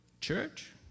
Church